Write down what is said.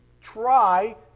try